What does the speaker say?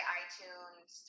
iTunes